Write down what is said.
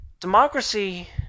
democracy